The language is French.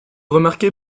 remarqué